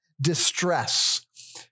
distress